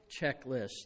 checklist